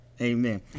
amen